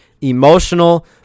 emotional